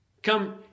Come